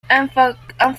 infrastructure